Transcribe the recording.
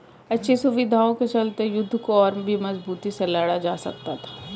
अच्छी सुविधाओं के चलते युद्ध को और भी मजबूती से लड़ा जा सकता था